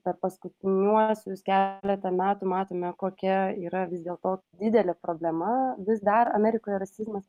per paskutiniuosius keletą metų matome kokia yra vis dėl to didelė problema vis dar amerikoje rasizmas